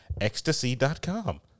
ecstasy.com